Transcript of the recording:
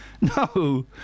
No